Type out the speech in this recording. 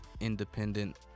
independent